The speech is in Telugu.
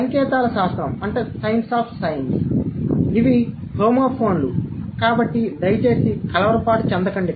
కాబట్టి సంకేతాల శాస్త్రం "s c i e n c e signs" ఇవి హోమోఫోన్లు కాబట్టి దయచేసి కలవరపాటు చెందకండి